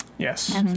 Yes